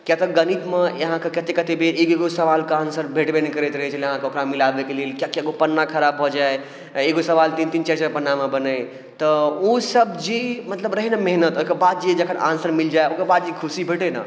किआ तऽ गणितमे अहाँकऽ कते कते बेर एक एक गो सवाल कऽ आंसर भेटबे नहि करैत रहैत छलै अहाँकऽ ओकरा मिलाबैके लेल कए गो पन्ना खराब भऽ जाय एगो सवाल तीन तीन चारि चारि पन्ना मऽ बनै तऽ उ सब जे मतलब रहै ने मेहनत ओहि कऽ बाद जे जखन आंसर मिल जाय ओकर बाद जे खुशी भेटैत ने